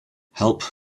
help